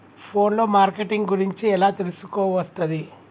Phone లో marketing గురించి ఎలా తెలుసుకోవస్తది?